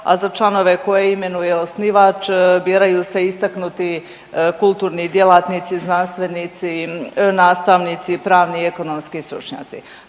a za članove koje imenuje osnivač biraju se istaknuti kulturni djelatnici, znanstvenici, nastavnici, pravni i ekonomski stručnjaci.